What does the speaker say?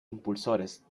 impulsores